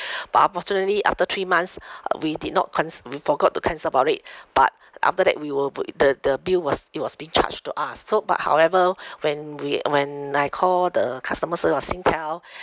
but unfortunately after three months we did not canc~ we forgot to cancel about it but after that we were b~ the the bill was it was being charged to us so but however when we when I call the customer service of singtel